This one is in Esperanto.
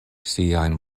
siajn